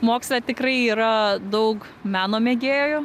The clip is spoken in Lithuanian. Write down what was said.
moksle tikrai yra daug meno mėgėjų